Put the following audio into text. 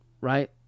right